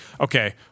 okay